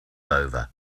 over